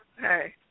Hey